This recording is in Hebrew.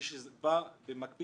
כשזה בא במקביל,